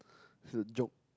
is a joke